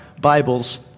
Bibles